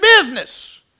business